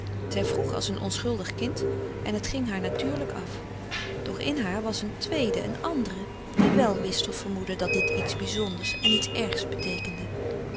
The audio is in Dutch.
zij vroeg als een onschuldig kind en het ging haar natuurlijk af doch in haar was een tweede een andere die wel wist of vermoedde dat dit iets bizonders en iets ergs beteekende